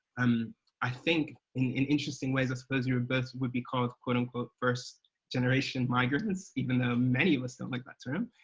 um i think, in interesting ways i suppose, you both would be called, quote, unquote first generation migrants, even though many of us don't like that term,